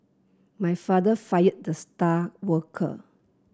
my father fired the star worker